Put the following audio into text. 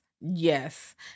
Yes